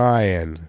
Ryan